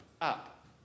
up